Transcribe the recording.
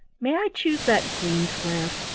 may i choose that green square?